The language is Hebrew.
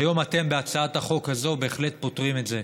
היום אתם, בהצעת החוק הזאת, בהחלט פותרים את זה.